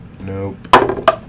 Nope